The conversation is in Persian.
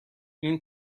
این